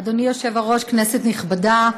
אדוני היושב-ראש, כנסת נכבדה,